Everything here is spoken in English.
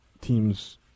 teams